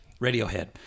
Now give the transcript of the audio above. Radiohead